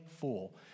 fool